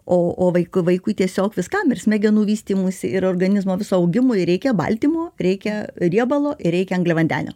o o vaiku vaikui tiesiog viskam ir smegenų vystymuisi ir organizmo viso augimui reikia baltymų reikia riebalo ir reikia angliavandenio